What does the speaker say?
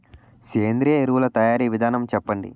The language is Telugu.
సేంద్రీయ ఎరువుల తయారీ విధానం చెప్పండి?